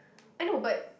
I know but